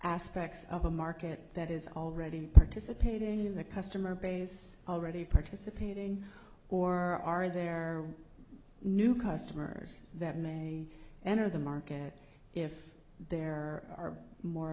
aspects of a market that is already participating in the customer base already participating or are there new customers that may enter the market if there are more